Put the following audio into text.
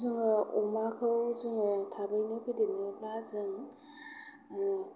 जोङो अमाखौ जोङो थाबैनो फेदेरनोब्ला जों